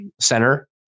center